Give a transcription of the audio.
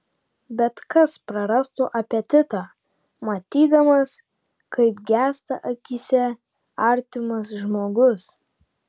bet kas prarastų apetitą matydamas kaip gęsta akyse artimas žmogus